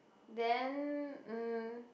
then mm